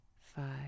five